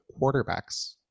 quarterbacks